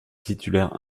titulaire